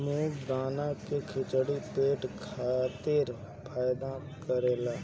मूंग दाल के खिचड़ी पेट खातिर फायदा करेला